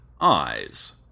eyes